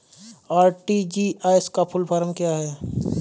RTGS का full form क्या है?